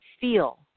feel